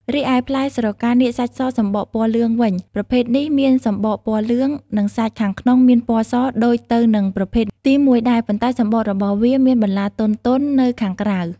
រីឯផ្លែស្រកានាគសាច់សសំបកពណ៌លឿងវិញ ប្រភេទនេះមានសម្បកពណ៌លឿង និងសាច់ខាងក្នុងមានពណ៌សដូចទៅនឹងប្រភេទទីមួយដែរ ប៉ុន្តែសំបករបស់វាមានបន្លាទន់ៗនៅខាងក្រៅ។